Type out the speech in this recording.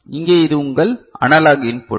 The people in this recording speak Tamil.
இங்கே இது உங்கள் அனலாக் இன்புட்